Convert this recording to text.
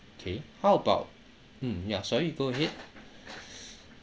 okay how about mm ya sorry you go ahead